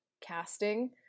casting